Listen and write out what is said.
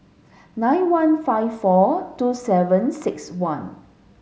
nine one five four two seven six one